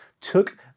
took